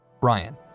Brian